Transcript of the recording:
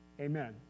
Amen